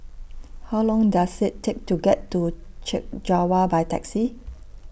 How Long Does IT Take to get to Chek Jawa By Taxi